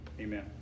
Amen